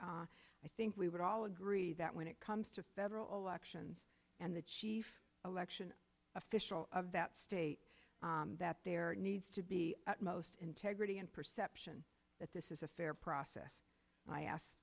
and i think we would all agree that when it comes to federal elections and the chief election official of that state that there needs to be most integrity and perception that this is a fair process and i asked